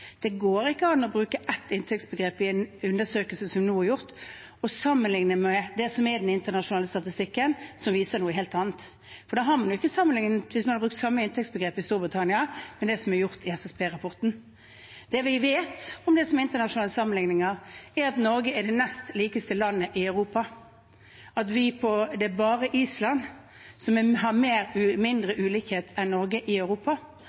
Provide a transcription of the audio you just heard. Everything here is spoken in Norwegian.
Det går ikke an å bruke ett inntektsbegrep i en undersøkelse som nå er gjort, og sammenligne det med den internasjonale statistikken, som viser noe helt annet. For da har man jo ikke sammenlignet, hvis man har brukt samme inntektsbegrep i Storbritannia som det som er gjort i SSB-rapporten. Det vi vet om internasjonale sammenligninger, er at Norge er det nest likeste landet i Europa. Det er bare Island som har mindre ulikhet enn Norge i Europa.